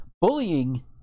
bullying